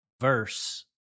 verse